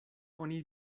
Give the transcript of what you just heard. oni